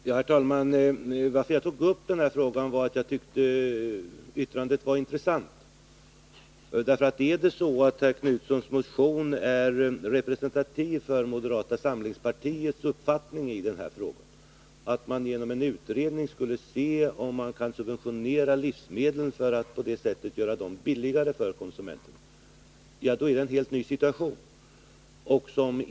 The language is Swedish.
Herr talman! Anledningen till att jag tog upp denna fråga var att jag tyckte att det yttrande som det gäller var intressant. Om det är en för moderata samlingspartiet representativ uppfattning som Göthe Knutson för fram i sin motion i denna fråga, nämligen att det genom en utredning bör klarläggas om livsmedlen bör subventioneras för att man på det sättet skall kunna göra dem billigare för konsumenterna, är det en helt ny situation som uppkommer.